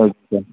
okay